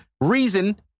reason